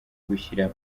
gushyira